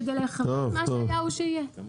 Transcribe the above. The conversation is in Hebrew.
כדי שמה שהיה הוא שיהיה.